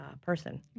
person